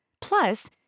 Plus